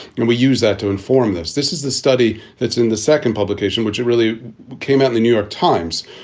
and we use that to inform this. this is the study that's in the second publication, which it really came out in the new york times.